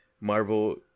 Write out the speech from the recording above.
Marvel